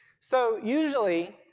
so usually,